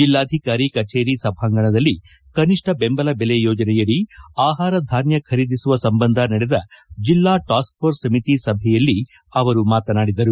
ಜಲ್ನಾಧಿಕಾರಿ ಕಚೇರಿ ಸಭಾಂಗಣದಲ್ಲಿ ಕನಿಷ್ಠ ಬೆಂಬಲ ಬೆಲೆ ಯೋಜನೆಯಡಿ ಆಹಾರ ಧಾನ್ಯ ಖರೀದಿಸುವ ಸಂಬಂಧ ನಡೆದ ಜಿಲ್ಲಾ ಟಾಸ್ಕ್ ಪೋರ್ಸ್ ಸಮಿತಿ ಸಭೆಯಲ್ಲಿ ಅವರು ಮಾತನಾಡಿದರು